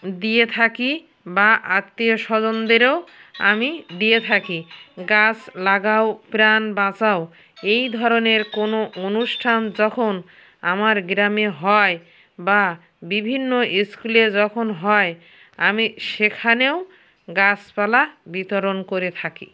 দিয়ে থাকি বা আত্মীয় স্বজনদেরও আমি দিয়ে থাকি গাছ লাগাও প্রাণ বাঁচাও এই ধরনের কোনো অনুষ্ঠান যখন আমার গ্রামে হয় বা বিভিন্ন স্কুলে যখন হয় আমি সেখানেও গাছপালা বিতরণ করে থাকি